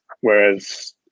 Whereas